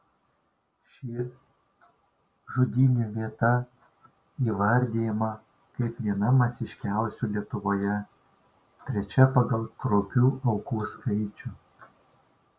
ši žudynių vieta įvardijama kaip viena masiškiausių lietuvoje trečia pagal kraupių aukų skaičių